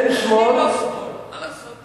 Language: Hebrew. אין שמאל, שטרית לא שמאל, מה לעשות.